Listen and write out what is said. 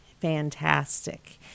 fantastic